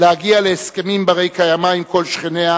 להגיע להסכמים בני-קיימא עם כל שכניה